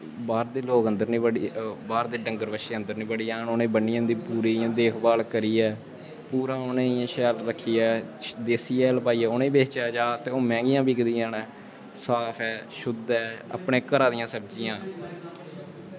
बाह्र दे लोग अंदर बड़ियै घर दे डंगर बच्छें दी अंदर निं बढी जान बनियै उ'नें गी देख भाल करियै पूरा उ'नें गी शैल रक्खियै देसी हैल पाइयै उ'नें गी बेचेआ जाऽ ते ओह् मैंह्गियां बिकदियां न साफ ऐ शुद्ध ऐ अपने घरा दियां सब्जियां